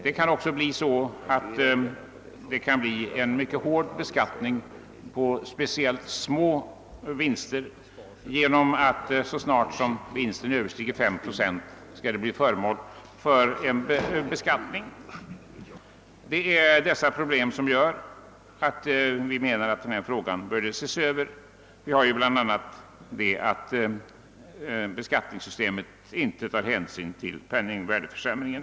Det kan också ske en mycket hård beskattning av speciellt små vinster på grund av att vinsten blir föremål för beskattning så snart den överstiger 5 procent. Det är dessa problem som gör att vi menar att bestämmelserna bör ses över. Därtill kommer att beskattningssystemet inte tar hänsyn till penningvärdeförsämringen.